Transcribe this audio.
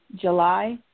July